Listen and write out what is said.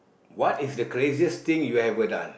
what is the craziest thing you ever done